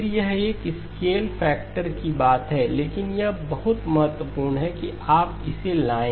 फिर यह एक स्केल फैक्टर की बात है लेकिन यह बहुत महत्वपूर्ण है कि आप इसे लाए